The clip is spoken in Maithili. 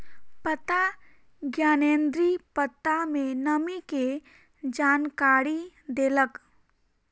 पत्ता ज्ञानेंद्री पत्ता में नमी के जानकारी देलक